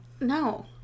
No